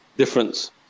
difference